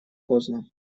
поздно